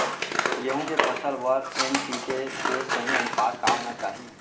गेहूँ के फसल बर एन.पी.के के सही अनुपात का होना चाही?